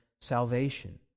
salvation